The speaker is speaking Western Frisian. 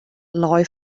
lei